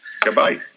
Goodbye